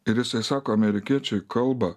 ir jisai sako amerikiečiai kalba